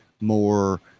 more